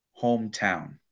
hometown